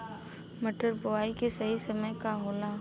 मटर बुआई के सही समय का होला?